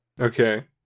okay